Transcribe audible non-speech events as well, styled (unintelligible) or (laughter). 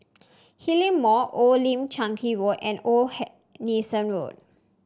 Hillion Mall Old Lim Chu Kang Road and Old (unintelligible) Nelson Road